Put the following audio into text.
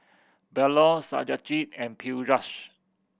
Bellur Satyajit and Peyush